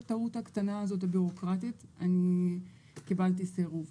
הטעות הקטנה הזאת הביורוקרטית אני קיבלתי סירוב,